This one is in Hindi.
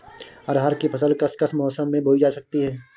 अरहर की फसल किस किस मौसम में बोई जा सकती है?